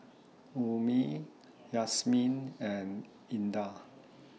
Ummi Yasmin and Indah